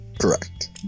correct